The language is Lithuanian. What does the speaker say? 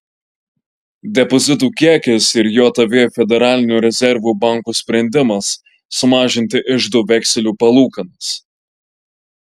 depozitų kiekis ir jav federalinio rezervų banko sprendimas sumažinti iždo vekselių palūkanas